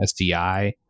SDI